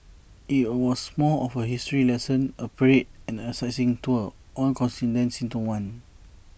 IT was more of A history lesson A parade and A sightseeing tour all condensed into one